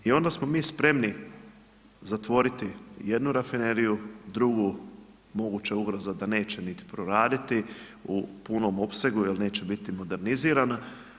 I onda smo mi spremni zatvoriti jednu rafineriju, drugu moguća ugroza da neće niti proraditi u punom opsegu jer neće biti modernizirana.